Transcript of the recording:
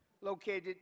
located